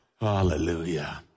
Hallelujah